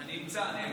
אני אמצא.